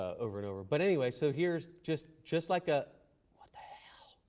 over and over. but anyway, so here's just just like a what the hell?